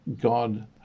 God